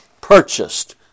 purchased